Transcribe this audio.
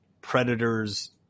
predators